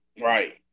Right